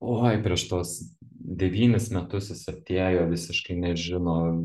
oi prieš tuos devynis metus jis atėjo visiškai nežino